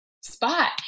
spot